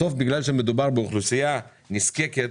בסוף, בגלל שמדובר באוכלוסייה נזקקת,